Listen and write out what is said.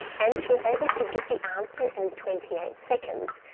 and she was able to give the answer in twenty eight seconds,